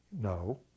No